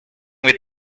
with